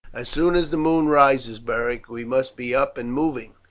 as soon as the moon rises, beric, we must be up and moving.